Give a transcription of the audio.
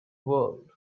world